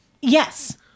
Yes